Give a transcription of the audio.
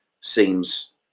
seems